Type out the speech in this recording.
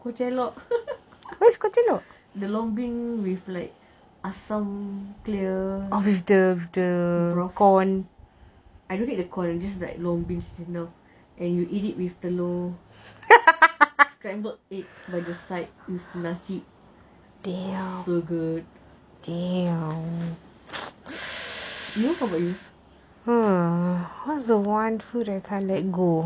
pucailok the long bean with like asam I don't like the corn just the long bean and you eat it with the you know scrambled egg like the side nasi you how about you